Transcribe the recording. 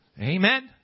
Amen